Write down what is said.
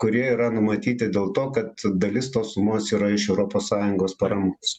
kurie yra numatyti dėl to kad dalis tos sumos yra iš europos sąjungos paramos